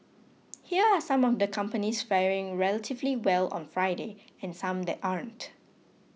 here are some of the companies faring relatively well on Friday and some that aren't